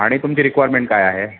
आणि तुमची रिक्वायरमेंट काय आहे